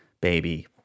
baby